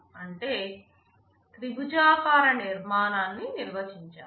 అంటే త్రిభుజాకార నిర్మాణాన్ని నిర్వచించాము